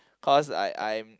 cause like I'm